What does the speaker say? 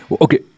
Okay